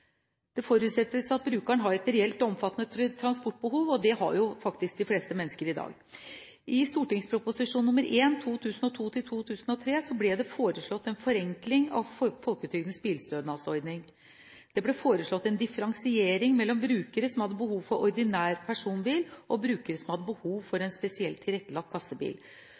Det forutsettes at brukeren har et reelt og omfattende transportbehov, og det har jo faktisk de fleste mennesker i dag. I St.prp. nr. 1 for 2002–2003 ble det foreslått en forenkling av folketrygdens bilstønadsordning. Det ble foreslått en differensiering mellom brukere som hadde behov for ordinær personbil, og brukere som hadde behov for en spesielt tilrettelagt kassebil.